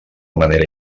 manera